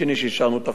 כשאישרנו את החוק,